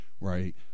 right